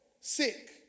sick